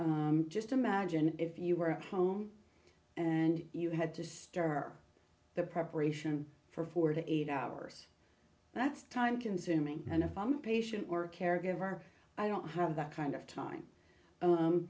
r just imagine if you were at home and you had to star the preparation for forty eight hours that's time consuming and if i'm patient or caregiver i don't have that kind of time